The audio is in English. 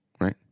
right